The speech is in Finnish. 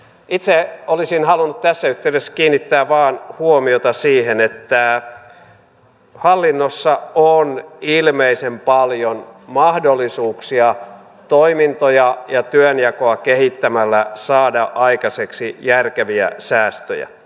itse olisin halunnut tässä yhteydessä kiinnittää vain huomiota siihen että hallinnossa on ilmeisen paljon mahdollisuuksia toimintoja ja työnjakoa kehittämällä saada aikaiseksi järkeviä säästöjä